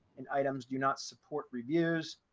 and items do not support reviews.